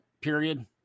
period